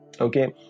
Okay